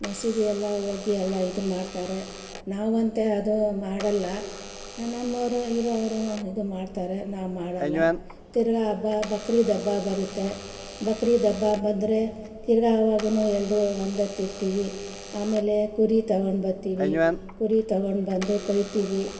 ಮಸೀದಿ ಎಲ್ಲ ಹೋಗಿ ಎಲ್ಲ ಇದು ಮಾಡ್ತಾರೆ ನಾವಂತೆ ಅದು ಮಾಡಲ್ಲ ನಮ್ಮೋರು ಇರೋವ್ರು ಇದು ಮಾಡ್ತಾರೆ ನಾವು ಮಾಡಲ್ಲ ತಿರ್ಗಾ ಹಬ್ಬ ಬಕ್ರೀದ್ ಹಬ್ಬ ಬರುತ್ತೆ ಬಕ್ರೀದ್ ಹಬ್ಬ ಬಂದರೆ ತಿರ್ಗಾ ಆವಾಗೂ ಎರಡು ಒಂದೊತ್ತಿರ್ತಿವಿ ಆಮೇಲೆ ಕುರಿ ತೊಗೊಂಡು ಬತ್ತಿವಿ ಕುರಿ ತೊಗೊಂಡ್ಬಂದು ಕೊಯ್ತಿವಿ